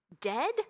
dead